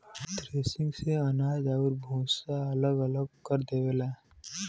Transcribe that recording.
threshing से अनाज आउर भूसा के अलग अलग कर देवल जाला